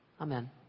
Amen